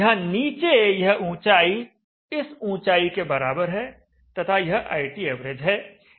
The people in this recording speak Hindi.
यहां नीचे यह ऊंचाई इस ऊंचाई के बराबर है तथा यह ITav है